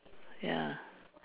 ya